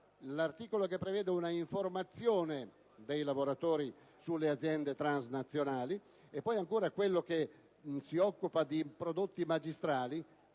l'articolo che prevede una informazione dei lavoratori sulle aziende transnazionali e poi ancora quello che si occupa di prodotti magistrali,